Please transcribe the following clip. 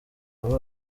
aba